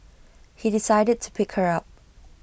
he decided to pick her up